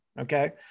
Okay